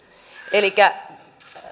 elikkä